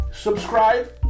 subscribe